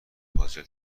پازل